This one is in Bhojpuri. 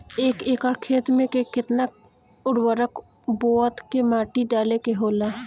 एक एकड़ खेत में के केतना उर्वरक बोअत के माटी डाले के होला?